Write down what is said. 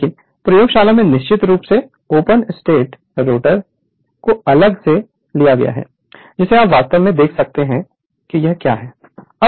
लेकिन प्रयोगशाला में निश्चित रूप से ओपन स्टेटर ओपन रोटर को अलग से है जिसे आप वास्तव में देख सकते हैं है कि यह क्या है